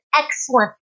excellent